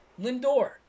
Lindor